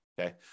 okay